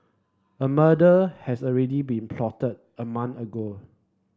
a murder has already been plotted a month ago